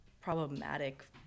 problematic